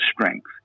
strength